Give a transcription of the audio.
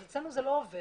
אם כן, אצלנו זה לא עובר.